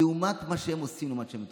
לעומת מה שהם עושים, לעומת מה שהם תורמים.